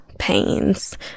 Pains